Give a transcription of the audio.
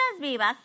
vivas